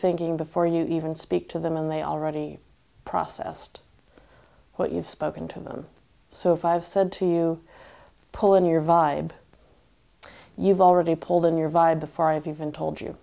thinking before you even speak to them and they already processed what you've spoken to them so if i've said to you pull in your vibe you've already pulled in your vibe before i've even told you